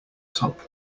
top